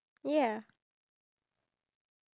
ya to get all the stuff